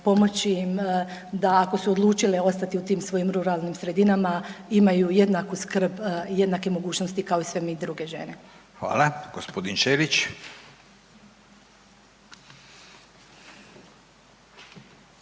pomoći im da ako su odlučile ostati u tim svojim ruralnim sredinama imaju jednaku skrb i jednake mogućnosti kao sve mi druge žene. **Radin, Furio